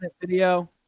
video